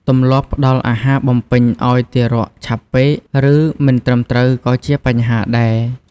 ទម្លាប់ផ្តល់អាហារបំពេញឱ្យទារកឆាប់ពេក ឬមិនត្រឹមត្រូវក៏ជាបញ្ហាដែរ។